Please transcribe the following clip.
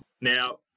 Now